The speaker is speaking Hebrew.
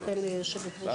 לתת